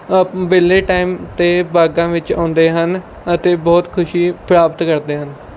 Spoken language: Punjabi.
ਵਿਹਲੇ ਟੈਮ 'ਤੇ ਬਾਗਾਂ ਵਿੱਚ ਆਉਂਦੇ ਹਨ ਅਤੇ ਬਹੁਤ ਖੁਸ਼ੀ ਪ੍ਰਾਪਤ ਕਰਦੇ ਹਨ